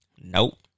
Nope